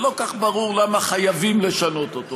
ולא כל כך ברור למה חייבים לשנות אותו.